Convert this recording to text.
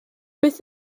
beth